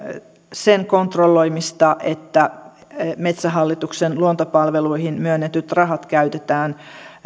sen kontrolloimista että metsähallituksen luontopalveluihin myönnetyt rahat käytetään